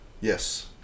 Yes